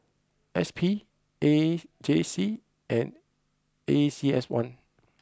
S P A J C and A C S one